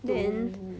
then